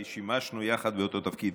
כי שימשנו יחד באותו תפקיד.